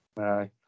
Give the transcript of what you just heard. Aye